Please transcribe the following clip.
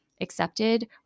accepted